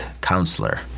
counselor